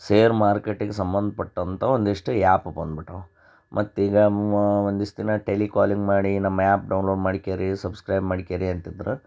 ಸೇರ್ ಮಾರ್ಕೇಟಿಗೆ ಸಂಬಂಧಪಟ್ಟಂಥ ಒಂದಿಷ್ಟು ಆ್ಯಪ್ ಬಂದ್ಬಿಟ್ಟಾವೆ ಮತ್ತೀಗ ಮ ಒಂದಿಷ್ಟು ದಿನ ಟೆಲಿಕಾಲಿಂಗ್ ಮಾಡಿ ನಮ್ಮ ಆ್ಯಪ್ ಡೌನ್ಲೋಡ್ ಮಾಡ್ಕೋರಿ ಸಬ್ಸ್ಕ್ರೈಬ್ ಮಾಡ್ಕೋರಿ ಅಂತಿದ್ದರು